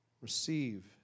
Receive